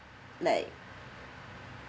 like